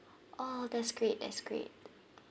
oh that's great that's great